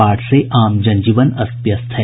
बाढ़ से आम जन जीवन अस्त व्यस्त है